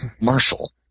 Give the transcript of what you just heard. Marshall